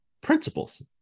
principles